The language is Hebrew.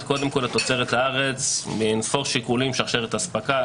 קודם כול לתוצרת הארץ מאין-ספור שיקולים: שרשת אספקה,